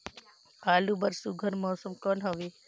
आलू बर सुघ्घर मौसम कौन हवे?